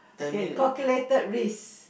okay calculated risk